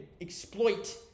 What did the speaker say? exploit